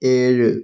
ഏഴ്